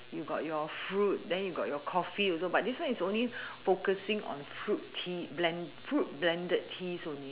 you got your fruit then you got your coffee also but this one is only focusing on fruit tea blend fruit blended teas only